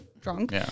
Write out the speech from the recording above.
drunk